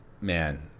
man